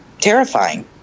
terrifying